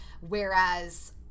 Whereas